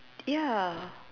ya